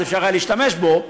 אפשר היה להשתמש בו,